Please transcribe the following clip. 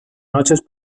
noches